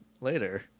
later